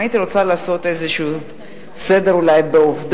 הייתי רוצה לעשות איזה סדר בעובדות.